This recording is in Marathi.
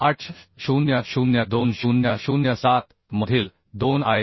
800 2007 मधील 2 आय